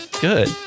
Good